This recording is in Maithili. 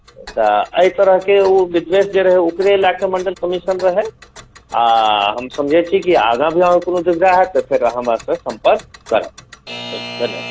तऽ एहि तरहके ओ विद्वेष जे रहै ओकरे लए कऽ मण्डल कमीशन रहै आ हम समझै छी कि आगाँ भी अहाँके कोनो दुविधा हैत तऽ फेर अहाँ हमरासे सम्पर्क करब ठीक छै धन्यवाद